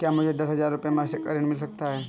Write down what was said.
क्या मुझे दस हजार रुपये मासिक का ऋण मिल सकता है?